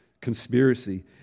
conspiracy